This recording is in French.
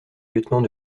lieutenant